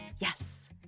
Yes